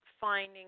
finding